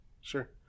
Sure